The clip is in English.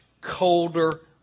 colder